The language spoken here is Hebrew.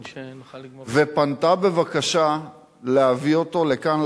ופנתה בבקשה להביא אותו לכאן,